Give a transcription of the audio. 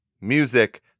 Music